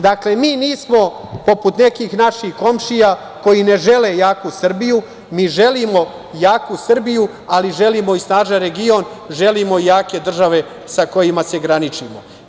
Dakle, mi nismo poput nekih naših komšija koji ne žele jaku Srbiju, mi želimo jaku Srbiju, ali želimo i snažan region, želimo jake države sa kojima se graničimo.